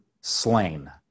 slain